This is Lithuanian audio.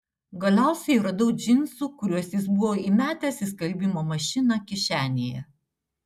galiausiai radau džinsų kuriuos jis buvo įmetęs į skalbimo mašiną kišenėje